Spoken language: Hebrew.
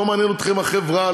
לא מעניינת אתכם החברה,